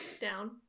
Down